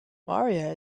maria